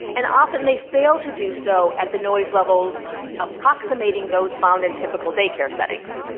and often they fail to do so at the noise levels approximating those found in typical day-care settings.